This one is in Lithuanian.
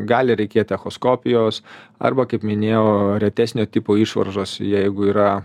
gali reikėt echoskopijos arba kaip minėjau retesnio tipo išvaržos jeigu yra